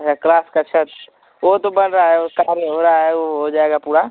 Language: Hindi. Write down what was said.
अच्छा क्लास की छत वह तो बन रहा है वह काम हो रहा है वह हो जाएगा पूरा